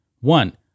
One